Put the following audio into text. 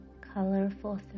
Colorful